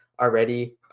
already